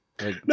No